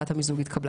אושר.